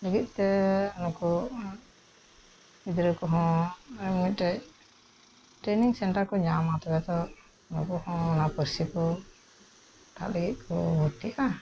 ᱞᱟᱹᱜᱤᱫ ᱛᱮ ᱱᱩᱠᱩ ᱜᱤᱫᱽᱨᱟᱹ ᱠᱚᱦᱚᱸ ᱢᱤᱫᱴᱮᱡ ᱴᱨᱮᱱᱤᱝ ᱥᱮᱱᱴᱟᱨ ᱠᱚ ᱧᱟᱢᱟ ᱛᱚᱵᱮᱛᱚ ᱟᱠᱚ ᱦᱚᱸ ᱚᱱᱟ ᱯᱟᱨᱥᱤ ᱠᱚ ᱨᱟᱠᱟᱵ ᱞᱟᱹᱜᱤᱫ ᱠᱚ ᱵᱷᱚᱛᱛᱤᱜᱼᱟ